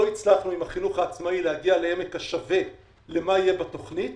לא הצלחנו עם החינוך העצמאי להגיע לעמק השווה למה יהיה בתכניות